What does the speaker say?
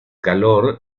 calor